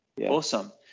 Awesome